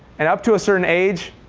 and up to a certain age,